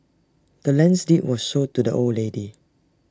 the land's deed was sold to the old lady